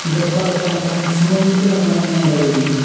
ᱫᱚᱨᱠᱟᱨᱚᱜ ᱠᱟᱱ ᱛᱟᱦᱮᱱ ᱥᱩᱱᱩᱢ ᱛᱤᱱᱟᱹᱜ ᱜᱟᱱᱮᱢ ᱮᱢ ᱫᱟᱲᱮ ᱟᱹᱧᱟ